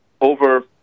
over